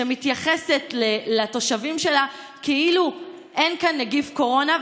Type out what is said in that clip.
שמתייחסת לתושבים שלה כאילו אין כאן נגיף קורונה,